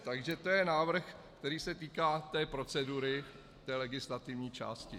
Takže to je návrh, který se týká té procedury, té legislativní části.